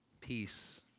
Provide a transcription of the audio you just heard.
peace